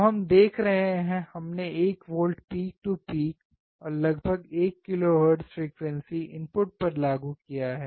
तो हम देख रहे हैं हमने1 वोल्ट पीक टू पीक और लगभग 1 किलोहर्ट्ज़ फ्रीक्वेंसी इनपुट पर लागू किया है